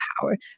power